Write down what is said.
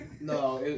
No